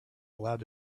allowed